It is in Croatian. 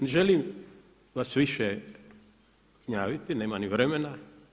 Ne želim vas više gnjaviti, nema ni vremena.